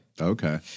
Okay